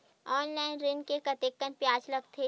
Online ऋण म कतेकन ब्याज लगथे?